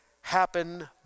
happen